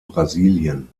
brasilien